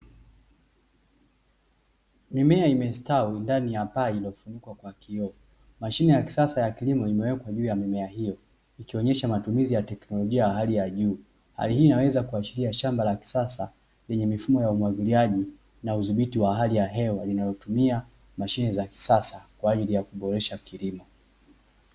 Mimea imestawi ndani ya paa iliyofunikwa kwa kioo, mashine ya kisasa ya kilimo imewekwa juu ya mimea hiyo ikionyesha matumizi ya teknolojia ya hali ya juu. Hali hii inaweza kuashiria shamba la kisasa lenye mifumo ya umwagiliaji na udhibiti wa hali ya hewa linalotumia mashine za kisasa kwa ajili ya kuboresha kilimo.